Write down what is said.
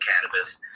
cannabis